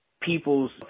people's